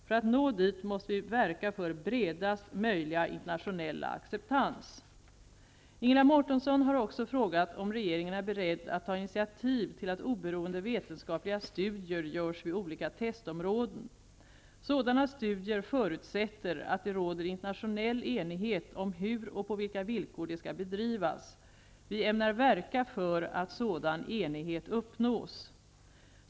För att nå dit måste vi verka för bredaste möjliga internationella acceptans. Ingela Mårtensson har också frågat om regeringen är beredd att ta initiativ till att oberoende vetenskapliga studier görs vid olika testområden. Sådana studier förutsätter att det råder internationell enighet om hur och på vilka villkor de skall bedrivas. Vi ämnar verka för att sådan enighet uppnås.